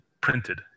printed